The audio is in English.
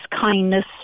kindness